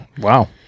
Wow